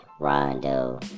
Rondo